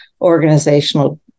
organizational